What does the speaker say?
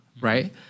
right